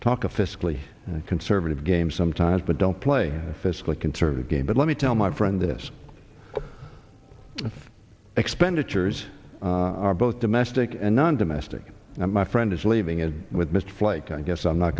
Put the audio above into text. a fiscally conservative game sometimes but don't play a fiscally conservative game but let me tell my friend this expenditures are both domestic and non domestic and my friend is leaving it with mr flake i guess i'm not